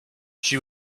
she